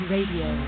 Radio